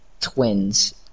twins